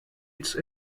its